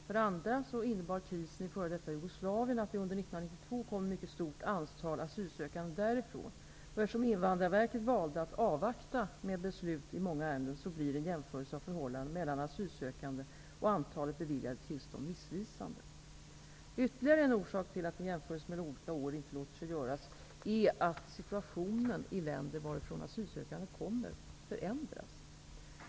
För det andra innebar krisen i f.d. Jugoslavien att det under 1992 kom ett mycket stort antal asylsökande därifrån, och eftersom Invandrarverket valde att avvakta med beslut i många ärenden blir en jämförelse av förhållandet mellan asylsökande och antalet beviljade tillstånd missvisande. Ytterligare en orsak till att en jämförelse mellan olika år inte låter sig göras är att situationen i länder, varifrån asylsökande kommer, förändras.